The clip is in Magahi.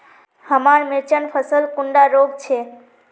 हमार मिर्चन फसल कुंडा रोग छै?